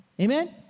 Amen